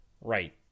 Right